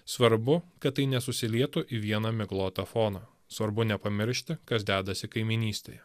svarbu kad tai nesusilietų į vieną miglotą foną svarbu nepamiršti kas dedasi kaimynystėje